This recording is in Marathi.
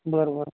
बरं बरं